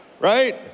right